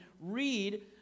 read